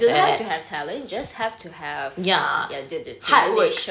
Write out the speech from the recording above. you do not have to have talent you just have to have ya the determination